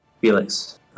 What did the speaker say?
Felix